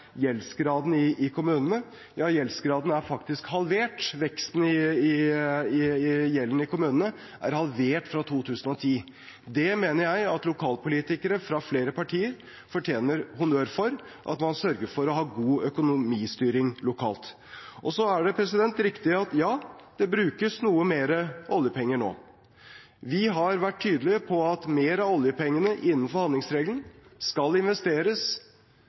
gjeldsgraden i kommunene, ja gjeldsgraden er faktisk halvert. Veksten i gjelden i kommunene er halvert fra 2010. Det mener jeg at lokalpolitikere fra flere partier fortjener honnør for – at man sørger for å ha god økonomistyring lokalt. Så er det riktig at det brukes noe mer oljepenger nå. Vi har vært tydelige på at mer av oljepengene innenfor handlingsregelen skal investeres